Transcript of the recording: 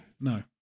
No